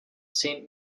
saint